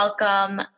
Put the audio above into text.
welcome